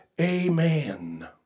Amen